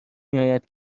میآید